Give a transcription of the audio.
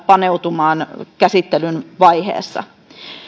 paneutumaan valiokuntakäsittelyn vaiheessa